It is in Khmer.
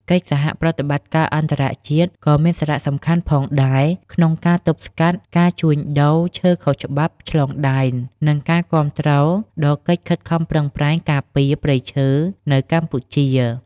កិច្ចសហប្រតិបត្តិការអន្តរជាតិ ក៏មានសារៈសំខាន់ផងដែរក្នុងការទប់ស្កាត់ការជួញដូរឈើខុសច្បាប់ឆ្លងដែន និងការគាំទ្រដល់កិច្ចខិតខំប្រឹងប្រែងការពារព្រៃឈើនៅកម្ពុជា។